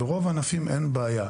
ברוב הענפים אין בעיה,